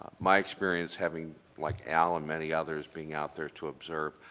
my experience having like al and many others being out there to observe,